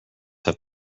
have